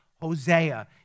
Hosea